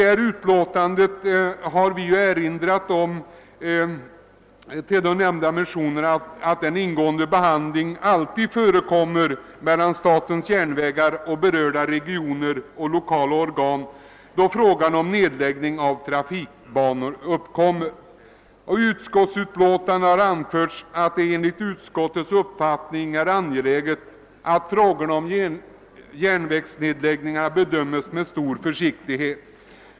I utlåtandet har vi med anledning av de nämnda motionerna erinrat om att det alltid förekommer ingående överläggningar mellan statens järnvägar och berörda regionala och lokala organ då en fråga om nedläggning av en bana uppkommer. I sitt utlåtande har utskottet anfört att det enligt utskottets uppfattning är angeläget att frågor om järnvägsnedläggelser bedöms med stor försiktighet.